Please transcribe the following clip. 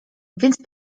więc